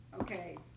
Okay